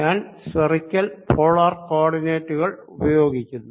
ഞാൻ spherical polar co ഓർഡിനേറ്റ്കൾ ഉപയോഗിക്കുന്നു